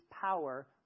power